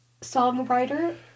songwriter